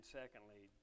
secondly